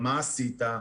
מה עשית?